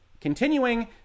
Continuing